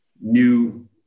new